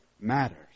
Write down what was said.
matters